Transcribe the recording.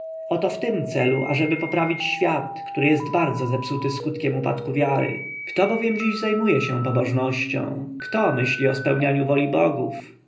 oto w tym celu ażeby poprawić świat który jest bardzo zepsuty skutkiem upadku wiary kto bowiem dziś zajmuje się pobożnością kto myśli o spełnianiu woli bogów